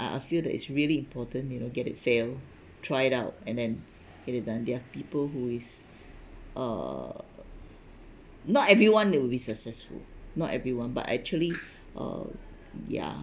I feel that it's really important you know get it fail try it out and then get it done there are people who is uh not everyone they will be successful not everyone but actually uh ya